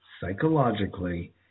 psychologically